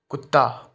ਕੁੱਤਾ